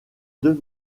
deux